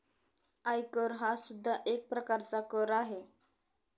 आयकर हा सुद्धा एक प्रकारचा कर आहे